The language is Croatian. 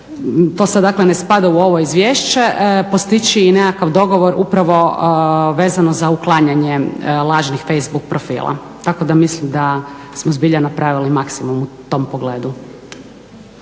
to sad dakle ne spada u ovo izvješće postići i nekakav upravo vezano za uklanjanje lažnih facebook profila tako da mislim da smo zbilja napravili maksimum u tom pogledu.